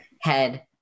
head